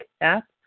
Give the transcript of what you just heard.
app